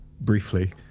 briefly